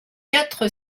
quatre